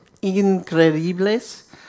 increíbles